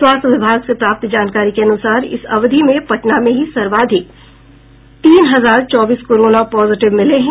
स्वास्थ्य विभाग से प्राप्त जानकारी के अनुसार इस अवधि में पटना में ही सर्वाधिक दो हजार सात सौ अड़तालीस कोरोना पॉजिटिव मिले हैं